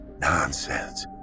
Nonsense